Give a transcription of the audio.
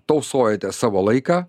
tausojate savo laiką